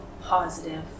positive